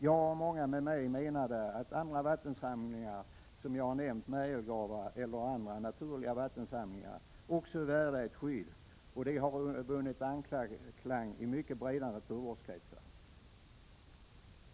Jag och många med mig menade att också andra vattensamlingar, t.ex. märgelgravar eller andra naturliga vattensamlingar, är värda ett skydd, och denna uppfattning har vunnit anklang i mycket breda naturvårdskretsar.